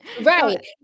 Right